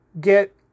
get